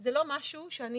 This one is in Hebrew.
זה לא משהו שאני מכירה.